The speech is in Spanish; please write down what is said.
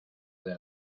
del